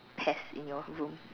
pests in your room